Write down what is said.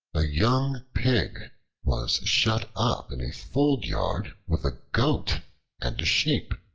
a young pig was shut up in a fold-yard with a goat and a sheep.